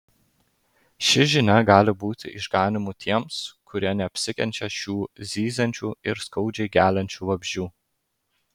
ši žinia gali būti išganymu tiems kurie neapsikenčia šių zyziančių ir skaudžiai geliančių vabzdžių